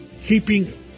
keeping